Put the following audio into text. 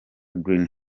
green